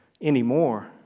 anymore